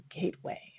gateway